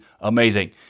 amazing